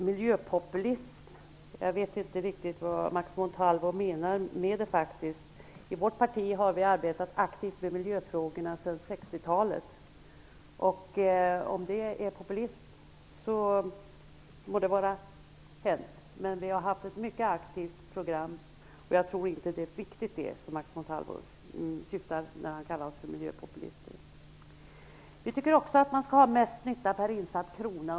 Herr talman! Jag vet inte riktigt vad Max Montalvo menar med miljöpopulism. I vårt parti har vi arbetat aktivt med miljöfrågorna sedan 60-talet. Om det är populism så må det vara hänt. Vi har haft ett mycket aktivt program, och jag tror inte riktigt att det är det som Max Montalvo syftar på när han kallar oss miljöpopulister. Vi tycker också att man skall arbeta efter principen ''mest nytta per insatt krona''.